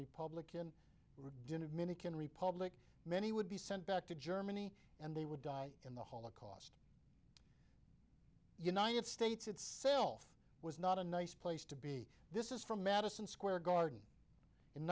republic and didn't have many can republic many would be sent back to germany and they would die in the united states itself was not a nice place to be this is from madison square garden in